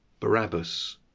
Barabbas